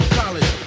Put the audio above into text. college